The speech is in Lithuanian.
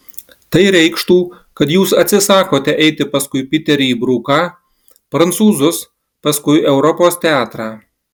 tai reikštų kad jūs atsisakote eiti paskui piterį bruką prancūzus paskui europos teatrą